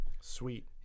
Sweet